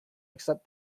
accept